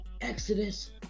Exodus